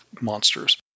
monsters